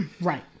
Right